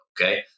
Okay